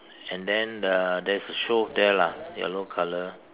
and then uh there's a shovel there lah yellow colour